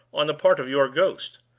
on the part of your ghost.